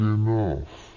enough